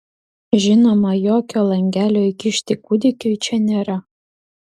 žinoma jokio langelio įkišti kūdikiui čia nėra